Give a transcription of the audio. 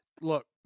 Look